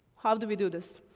how do we do this?